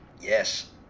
Yes